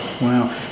Wow